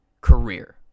career